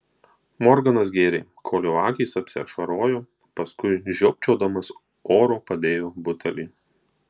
morganas gėrė kol jo akys apsiašarojo paskui žiopčiodamas oro padėjo butelį